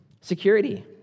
security